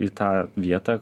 į tą vietą